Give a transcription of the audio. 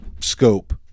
Scope